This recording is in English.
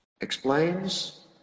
explains